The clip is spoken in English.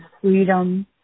freedom